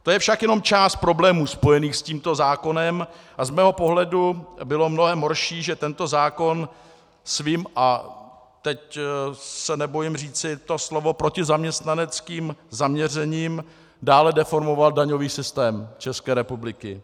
To je však jenom část problémů spojených s tímto zákonem a z mého pohledu bylo mnohem horší, že tento zákon svým a teď se nebojím říci to slovo protizaměstnaneckým zaměřením dále deformoval daňový systém České republiky.